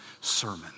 sermon